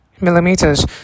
millimeters